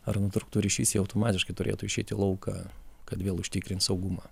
ar nutrūktų ryšys jie automatiškai turėtų išeit į lauką kad vėl užtikrint saugumą